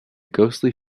ghostly